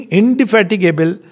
indefatigable